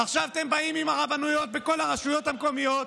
עכשיו אתם באים עם הרבנויות בכל הרשויות המקומיות.